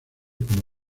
como